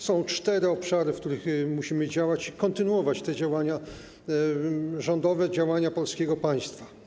Są cztery obszary, w których musimy działać, kontynuować te działania rządowe, działania polskiego państwa.